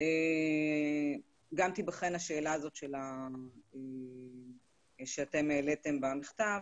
גם תיבחן השאלה הזאת שאתם העליתם במכתב,